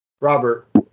Robert